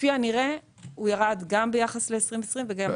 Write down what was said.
כפי הנראה ירד גם ביחס ל- 2020 וגם ביחס ל-2019.